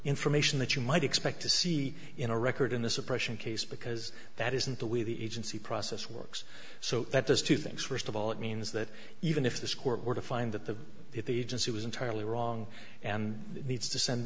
information that you might expect to see in a record in a suppression case because that isn't the way the agency process works so that there's two things st of all it means that even if this court were to find that the if the agency was entirely wrong and needs to send